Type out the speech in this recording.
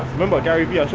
remember garyvee? so